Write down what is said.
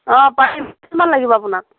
অ কেইযোৰমান লাগিব আপোনাক